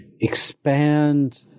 expand